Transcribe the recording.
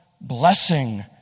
blessing